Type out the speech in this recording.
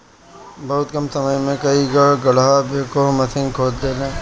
बहुते कम समय में कई गो गड़हा बैकहो माशीन खोद देले